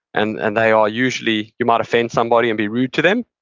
and and they are usually you might offend somebody and be rude to them,